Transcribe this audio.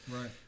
Right